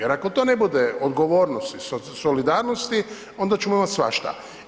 Jer ako to ne bude odgovornost iz solidarnosti, onda ćemo imati svašta.